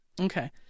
Okay